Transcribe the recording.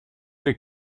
les